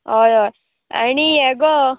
हय हय आनी हें गो